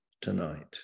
tonight